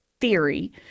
theory